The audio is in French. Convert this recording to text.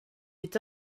est